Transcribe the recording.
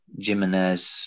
Jimenez